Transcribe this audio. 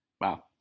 Wow